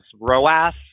ROAS